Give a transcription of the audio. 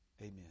Amen